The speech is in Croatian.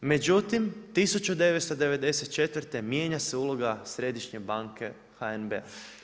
Međutim 1994. mijenja se uloga središnje banke HNB-a.